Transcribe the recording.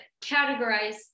categorize